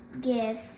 gifts